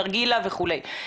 נרגילה וכולי.